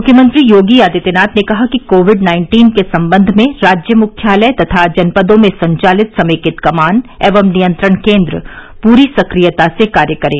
मुख्यमंत्री योगी आदित्यनाथ ने कहा कि कोविड नाइन्टीन के सम्बन्ध में राज्य मुख्यालय तथा जनपदों में संचालित समेकित कमान एवं नियंत्रण केन्द्र पूरी सक्रियता से कार्य करें